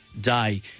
day